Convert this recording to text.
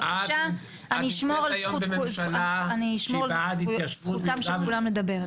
אשמור על זכות כולם לדבר.